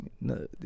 no